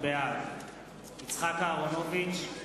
בעד יצחק אהרונוביץ,